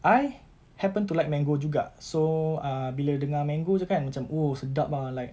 I happen to like mango juga so uh bila dengar mango jer kan macam !woo! sedap ah like